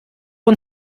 und